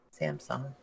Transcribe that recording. Samsung